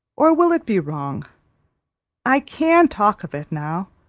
or will it be wrong i can talk of it now,